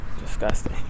disgusting